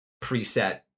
preset